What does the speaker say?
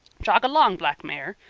jog along, black mare.